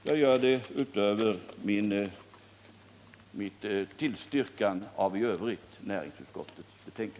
Jag gör det utöver mitt yrkande om bifall till utskottets hemställan i betänkandet i övrigt.